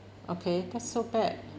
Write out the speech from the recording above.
okay that's so bad